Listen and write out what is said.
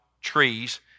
trees